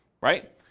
right